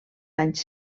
anys